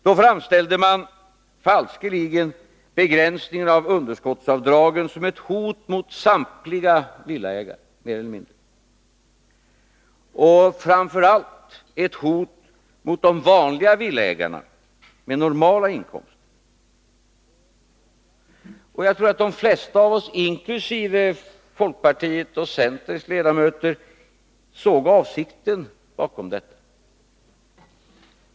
Då framställde man falskeligen begränsningen i underskottsavdragen som ett hot mot samtliga villaägare mer eller mindre — och framför allt ett hot mot de vanliga villaägarna med normala inkomster. Och jag tror att de flesta av oss, inkl. folkpartiets och centerns ledamöter, såg avsikten bakom detta.